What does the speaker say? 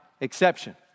exception